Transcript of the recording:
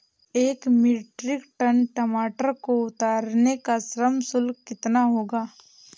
एक metric tonne टमाटर को उतारने का श्रम शुल्क कितना होगा?